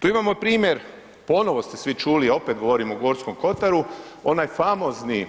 Tu imamo i primjer, ponovno ste svi čuli, opet govorimo o Gorskom kotaru, onaj famozni